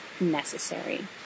necessary